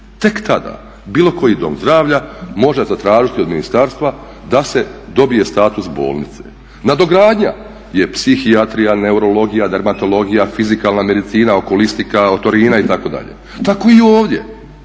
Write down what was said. Tek tada bilo koji dom zdravlja može zatražiti od ministarstva da se dobije status bolnice. Nadogradnja je psihijatrija, neurologija, dermatologija, fizikalna medicina, okulistika, otorina itd. Tako i ovdje